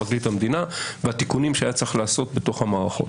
פרקליט המדינה והתיקונים שהיה צריך לעשות בתוך המערכות.